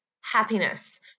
happiness